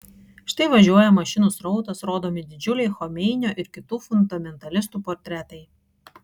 štai važiuoja mašinų srautas rodomi didžiuliai chomeinio ir kitų fundamentalistų portretai